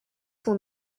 will